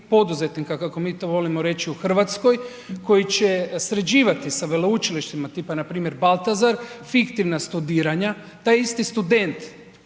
poduzetnika kako mi to volimo reći u RH koji će sređivati sa veleučilištima tipa npr. Baltazar fiktivna studiranja, taj isti student